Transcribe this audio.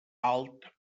alt